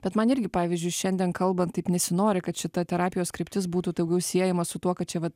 bet man irgi pavyzdžiui šiandien kalbant taip nesinori kad šita terapijos kryptis būtų daugiau siejama su tuo kad čia vat